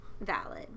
valid